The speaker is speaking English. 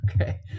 okay